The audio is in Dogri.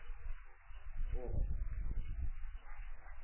ओह्